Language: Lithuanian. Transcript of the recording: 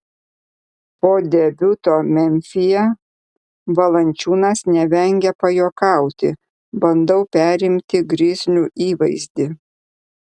po debiuto memfyje valančiūnas nevengė pajuokauti bandau perimti grizlių įvaizdį